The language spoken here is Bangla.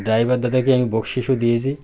ড্রাইভার দাদাকে আমি বকশিশও দিয়েছি